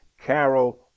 Carol